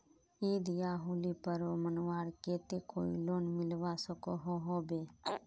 ईद या होली पर्व मनवार केते कोई लोन मिलवा सकोहो होबे?